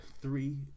three